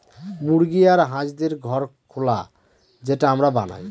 মুরগি আর হাঁসদের ঘর খোলা যেটা আমরা বানায়